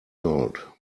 gold